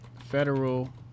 Federal